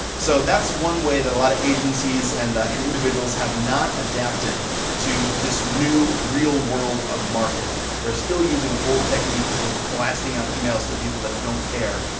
so, that's one way that a lot of agencies and and individuals have not adapted to this new, real world of marketing. they're still using ah old techniques of just blasting out emails to people that don't care,